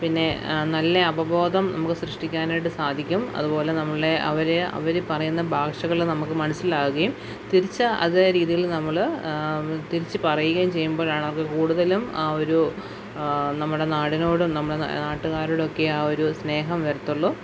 പിന്നെ നല്ല അവബോധം നമുക്ക് സൃഷ്ടിക്കാനായിട്ടു സാധിക്കും അതുപോലെ നമ്മളുടെ അവരെ അവർ പറയുന്ന ഭാഷകളിൽ നമുക്ക് മനസ്സിലാകുകയും തിരിച്ച് അതേ രീതിയിൽ നമ്മൾ തിരിച്ചു പറയുകയും ചെയ്യുമ്പോഴാണ് അവർക്ക് കൂടുതലും ആ ഒരു നമ്മുടെ നാടിനോടും നമ്മുടെ ന നാട്ടുകാരോടൊക്കെ ആ ഒരു സ്നേഹം വരുത്തുള്ളൂ